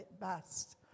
best